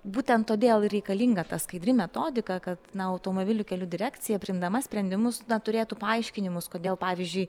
būtent todėl ir reikalinga ta skaidri metodika kad na automobilių kelių direkcija priimdama sprendimus turėtų paaiškinimus kodėl pavyzdžiui